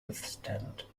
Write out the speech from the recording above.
withstand